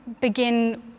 begin